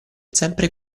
sempre